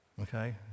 Okay